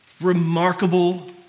Remarkable